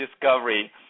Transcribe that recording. discovery